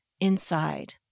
inside